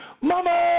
Mama